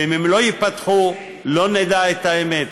ואם הם לא ייפתחו, לא נדע את האמת.